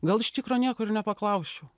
gal iš tikro nieko ir nepaklausčiau